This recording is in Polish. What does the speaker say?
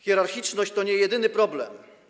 Hierarchiczność to nie jedyny problem.